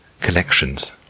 collections